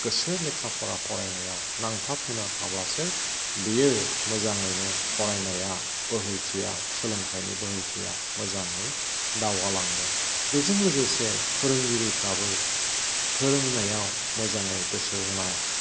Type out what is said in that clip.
गोसो लेखा फरा फरायनायाव नांथाब होनो हाब्लासो बेयो मोजाङैनो फरायनाया बोहैथिया सोलोंथायनि बोहैथिया मोजाङै दावगालांगोन बेजों लोगोसे फोरोंगिरिफ्राबो फोरोंनायाव मोजाङै गोसो होनाय